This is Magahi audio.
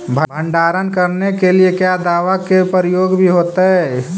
भंडारन करने के लिय क्या दाबा के प्रयोग भी होयतय?